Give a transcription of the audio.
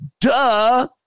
Duh